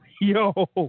Yo